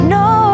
no